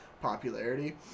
popularity